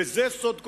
בזה סוד כוחן.